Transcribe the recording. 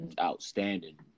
outstanding